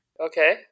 Okay